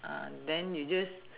then you just